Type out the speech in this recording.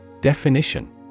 Definition